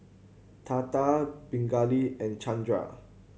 Tata Pingali and Chandra